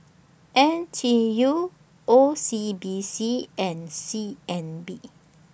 N T U O C B C and C N B